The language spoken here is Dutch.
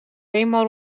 eenmaal